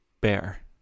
bear